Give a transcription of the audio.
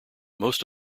most